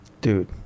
dude